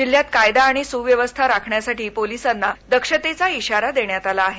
जिल्ह्यात कायदा आणि सुव्यवस्था राखण्यासाठी पोलिसांना दक्षतेचा इशारा देण्यात आला आहे